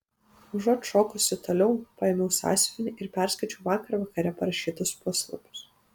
užuot šokusi toliau paėmiau sąsiuvinį ir perskaičiau vakar vakare parašytus puslapius